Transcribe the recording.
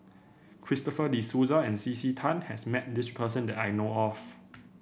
Christopher De Souza and C C Tan has met this person that I know of